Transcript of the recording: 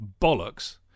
bollocks